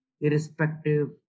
irrespective